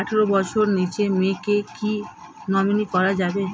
আঠারো বছরের নিচে মেয়েকে কী নমিনি করা যাবে?